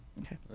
Okay